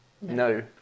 no